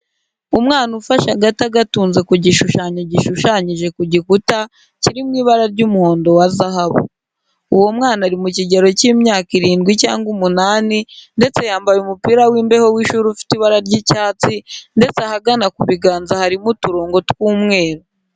Umwana ufashe agati agatunze ku gishushanyo gishushanyije ku gikuta, kiri mu ibara ry'umuhondo wa zahabu. Uwo mwana ari mu kigero cy'imyaka irindwi cyangwa umunani ndetse yambaye umupira w'imbeho w'ishuri ufite ibara ry'icyatsi ndetse ahagana ku biganza harimo uturongo tw'umweru.